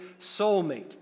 soulmate